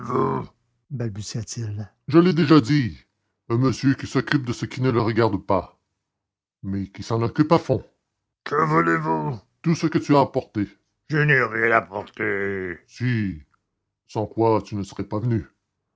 balbutia-t-il je l'ai déjà dit un monsieur qui s'occupe de ce qui ne le regarde pas mais qui s'en occupe à fond que voulez-vous tout ce que tu as apporté je n'ai rien apporté si sans quoi tu ne serais pas venu